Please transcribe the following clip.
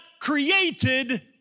created